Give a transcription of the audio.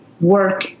work